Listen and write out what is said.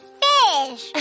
fish